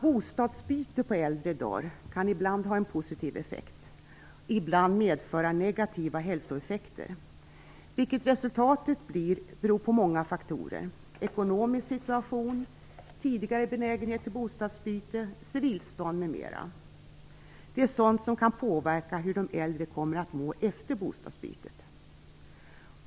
Bostadsbyte på äldre dagar kan ibland ha en positiv effekt men kan ibland medföra negativa hälsoeffekter. Vad resultatet blir beror på många faktorer. Den ekonomiska situationen, tidigare benägenhet till bostadsbyte, civilstånd m.m. är sådant som kan påverka hur de äldre kommer att må efter bostadsbytet.